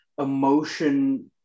emotion